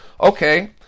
Okay